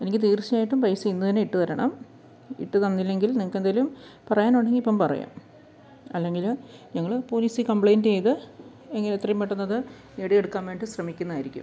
എനിക്ക് തീർച്ചയായിട്ടും പൈസ ഇന്ന് തന്നെ ഇട്ട് തരണം ഇട്ട് തന്നില്ലെങ്കിൽ നിങ്ങൾക്കെന്തേലും പറയാനുണ്ടെങ്കിൽ ഇപ്പം പറയുക അല്ലെങ്കിൽ ഞങ്ങൾ പോലീസി കംപ്ലയിൻറ്റ് ചെയ്ത് ഇങ്ങനെ എത്രയും പെട്ടന്നത് നേടിയെടുക്കാൻ വേണ്ടി ശ്രമിക്കുന്നത് ആയിരിക്കും